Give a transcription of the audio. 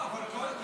לא, אבל קודם,